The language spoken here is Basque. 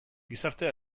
gizartea